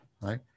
right